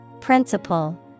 Principle